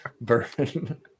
Bourbon